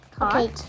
Okay